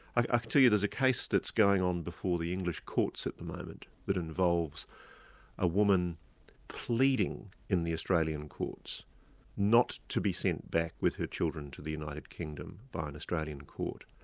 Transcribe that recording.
i can tell you there's a case that's going on before the english courts at the moment, that involves a woman pleading in the australian courts not to be sent back with her children to the united kingdom by an australian court.